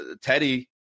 Teddy